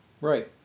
Right